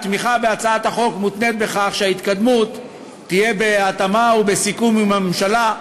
התמיכה בהצעת החוק מותנית בכך שההתקדמות תהיה בהתאמה ובסיכום עם הממשלה,